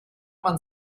man